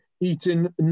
eating